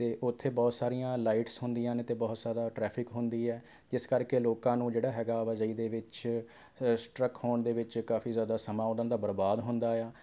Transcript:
ਅਤੇ ਉੱਥੇ ਬਹੁਤ ਸਾਰੀਆਂ ਲਾਈਟਸ ਹੁੰਦੀਆਂ ਨੇ ਅਤੇ ਬਹੁਤ ਸਾਰਾ ਟਰੈਫਿਕ ਹੁੰਦੀ ਹੈ ਜਿਸ ਕਰਕੇ ਲੋਕਾਂ ਨੂੰ ਜਿਹੜਾ ਹੈਗਾ ਆਵਾਜਾਈ ਦੇ ਵਿੱਚ ਸਟਰੱਕ ਹੋਣ ਦੇ ਵਿੱਚ ਕਾਫੀ ਜ਼ਿਆਦਾ ਸਮਾਂ ਉਹਨਾਂ ਦਾ ਬਰਬਾਦ ਹੁੰਦਾ ਆ